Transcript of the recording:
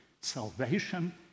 Salvation